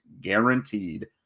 guaranteed